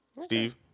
Steve